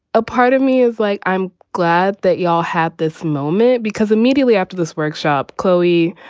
a part of me is like, i'm glad that you all had this moment because immediately after this workshop, chloe,